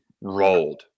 rolled